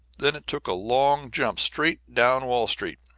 then it took a long jump straight down wall street,